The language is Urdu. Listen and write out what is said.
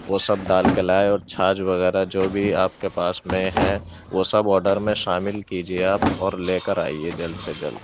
وہ سب ڈال کے لائیں اور چھاچھ وغیرہ جو بھی ہے آپ کے پاس میں ہے وہ سب آرڈر میں شامل کیجیے آپ اور لے کر آئیے جلد سے جلد